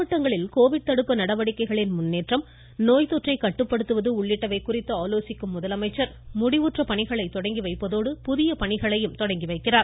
மாவட்டங்களில் கோவிட் தடுப்பு நடவடிக்கைகளின் முன்னேற்றம் நோய்த்தொற்றை கட்டுப்படுத்துவது உள்ளிட்டவை குறித்து ஆலோசிக்கும் முதலமைச்சர் முடிவுற்ற பணிகளை தொடங்கி வைப்பதோடு புதிய பணிகளை துவக்கி வைக்கிறார்